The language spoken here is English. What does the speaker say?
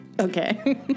Okay